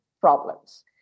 problems